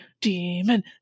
demon